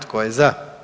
Tko je za?